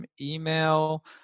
email